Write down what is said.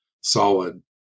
solid